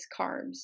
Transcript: carbs